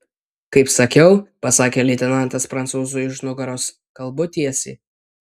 kaip sakiau pasakė leitenantas prancūzui už nugaros kalbu tiesiai